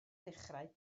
dechrau